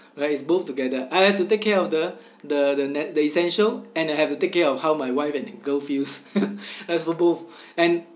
like it's both together I have to take care of the the the ne~ the essential and I have to take care of how my wife and the girl feels ya for both and